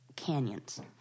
Canyons